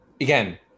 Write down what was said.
again